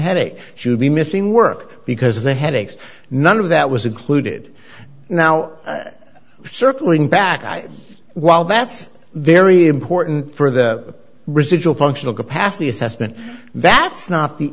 headache she would be missing work because of the headaches none of that was included now circling back while that's very important for the residual functional capacity assessment that's not the